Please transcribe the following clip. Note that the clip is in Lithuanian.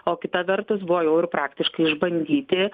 o kita vertus buvo jau ir praktiškai išbandyti